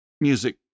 music